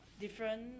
different